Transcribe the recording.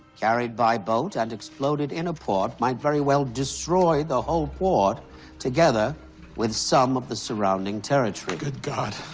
carried by boat and exploded in a port, might very well destroy the whole port together with some of the surrounding territory. good god.